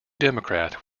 democrat